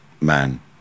man